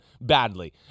badly